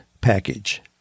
package